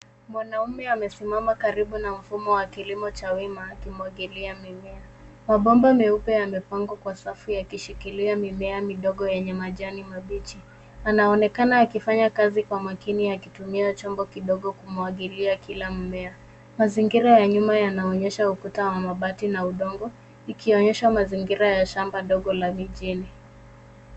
Mwanaume amesimama karibu na mfumo wa kilimo cha wima akimwagilia mimea. Mabomba meupe yamepangwa kwa safu yakishikilia mimea midogo yenye majani mabichi. Anaonekana akifanya kazi kwa makini akitumia chombo kidogo kumwagilia kila mmea mazingira ya nyuma yanaonyesha ukuta wa mabati na udongo ikionyesha mazingira ya shamba dogo la vijijini.